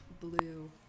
blue